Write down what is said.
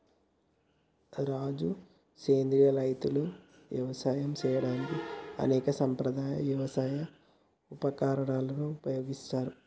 రాజు సెంద్రియ రైతులు యవసాయం సేయడానికి అనేక సాంప్రదాయ యవసాయ ఉపకరణాలను ఉపయోగిస్తారు